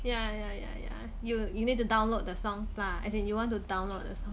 ya ya ya ya you you need to download the songs lah as in you want to download 的